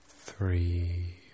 three